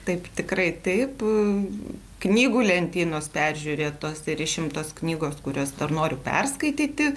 taip tikrai taip knygų lentynos peržiūrėtos ir išimtos knygos kurias dar noriu perskaityti